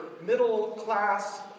middle-class